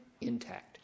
intact